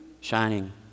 shining